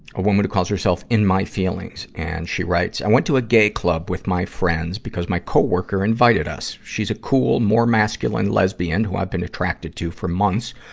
a woman who calls herself in my feelings, and she writes, i went to a gay club with my friends because my co-worker invited us. she's a cool, more masculine lesbian who i've been attracted to for months,